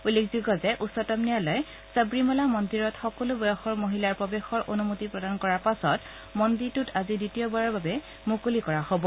উল্লেখযোগ্য যে উচ্চতম ন্যায়ালয়ে সবৰিমালা মন্দিৰত সকলো বয়সৰ মহিলাৰ প্ৰবেশৰ অনুমতি প্ৰদান কৰাৰ পাছত মন্দিৰটো আজি দ্বিতীয়বাৰৰ বাবে মুকলি কৰা হ'ব